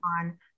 on